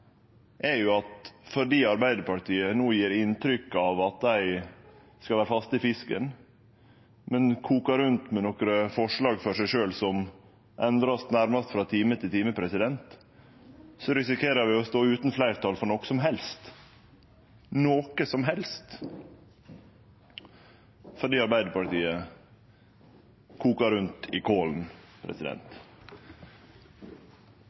at fordi Arbeidarpartiet no gjev inntrykk av at dei skal vere faste i fisken, men koker rundt med nokre forslag for seg sjølve som vert endra nærmast frå time til time, risikerer vi å stå utan fleirtal for noko som helst – fordi Arbeidarpartiet koker rundt i